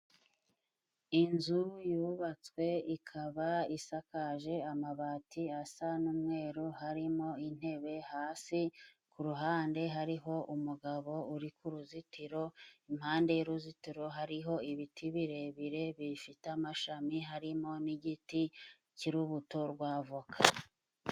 Inzu yubatswe ikaba isakaje amabati asa n'umweru harimo intebe hasi, kuruhande hariho umugabo uri ku ruzitiro, impande y'uruzitiro hariho ibiti birebire biyifite amashami harimo nigiti cy'urubuto rwa voka.